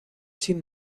sin